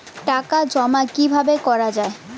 টাকা জমা কিভাবে করা য়ায়?